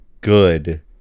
good